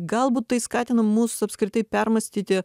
galbūt tai skatina mus apskritai permąstyti